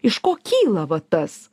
iš ko kyla va as